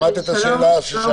שמעת את השאלה של